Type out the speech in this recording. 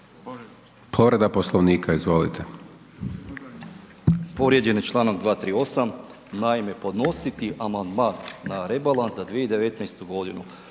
Povreda poslovnika, izvolite.